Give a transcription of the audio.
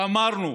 אמרנו: